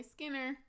Skinner